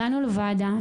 הגענו לוועדה,